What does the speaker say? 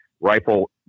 rifle